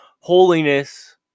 holiness